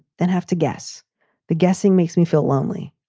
then have to guess the guessing makes me feel lonely